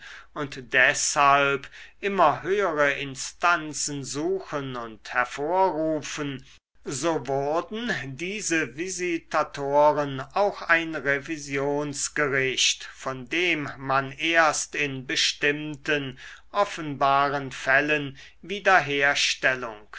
und deshalb immer höhere instanzen suchen und hervorrufen so wurden diese visitatoren auch ein revisionsgericht vor dem man erst in bestimmten offenbaren fällen wiederherstellung